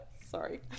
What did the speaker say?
Sorry